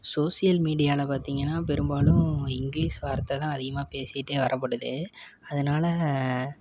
social மீடியாவில் பார்த்தீங்கன்னா பெரும்பாலும் இங்கிலீஷ் வார்த்தை தான் அதிகமாக பேசிகிட்டே வரப்படுது அதனால்